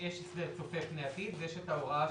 יש הסדר צופה פני עתיד ויש את ההוראה